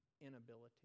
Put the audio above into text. inability